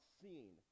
seen